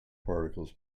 particles